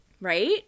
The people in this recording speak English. right